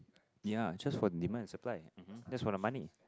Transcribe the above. ya just for the demand and supply um hmm just for the money